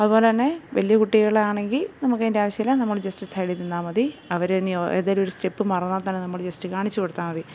അതുപോലെത്തന്നെ വലിയ കുട്ടികളാണെങ്കിൽ നമുക്ക് അതിൻ്റെ ആവിശ്യം ഇല്ല നമ്മൾ ജസ്റ്റ് സൈഡിൽ നിന്നാൽ മതി അവർ തന്നെ ഏതെങ്കിലും ഒരു സ്റ്റെപ്പ് മറന്നാൽ തന്നെ നമ്മൾ ജസ്റ്റ് കാണിച്ച് കൊടുത്താൽ മതി